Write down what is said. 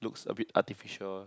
looks a bit artificial